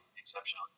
exception